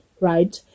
right